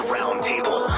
Roundtable